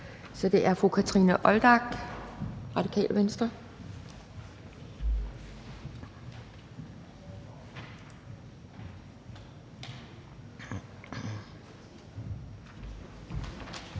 videre til fru Kathrine Olldag, Radikale Venstre.